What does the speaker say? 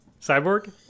Cyborg